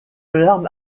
larme